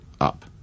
up